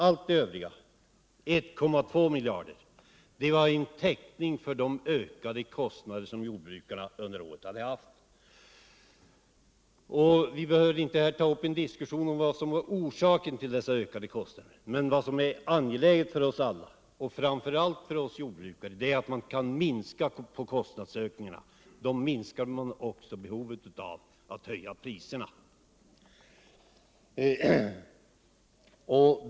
Allt det övriga, 1,2 miljarder, utgjorde täckning för jordbrukarnas ökade kostnader under året. Vi behöver inte här ta upp en diskussion om orsakerna till dessa ökade kostnader. Men vad som är angeläget för oss alla, och framför allt för oss jordbrukare, det är att kostnadsökningarna minskar. Då minskar man också behovet att höja priserna.